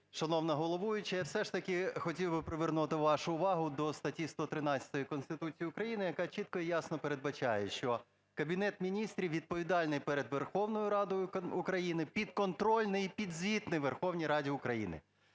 шановна головуюча! Я все ж таки хотів би привернути вашу увагу до статті 113 Конституції України, яка чітко і ясно передбачає, що Кабінет Міністрів відповідальний перед Верховною Радою України, підконтрольний і підзвітний Верховній Раді України.